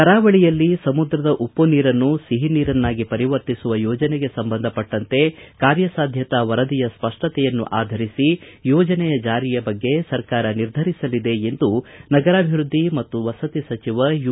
ಕರಾವಳಿಯಲ್ಲಿ ಸಮುದ್ರದ ಉಪ್ಪು ನೀರನ್ನು ಸಿಹಿ ನೀರನ್ನಾಗಿ ಪರಿವರ್ತಿಸುವ ಯೋಜನೆಗೆ ಸಂಬಂಧಪಟ್ಟಂತೆ ಕಾರ್ಯ ಸಾಧ್ಯತಾ ವರದಿಯ ಸ್ಪಷ್ಟತೆಯನ್ನು ಆಧರಿಸಿ ಯೋಜನೆ ಜಾರಿಯ ಬಗ್ಗೆ ರಾಜ್ಯ ಸರ್ಕಾರ ನಿರ್ಧರಿಸಲಿದೆ ಎಂದು ನಗರಾಭಿವೃದ್ಧಿ ಮತ್ತು ವಸತಿ ಸಚಿವ ಯು